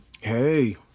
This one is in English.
Hey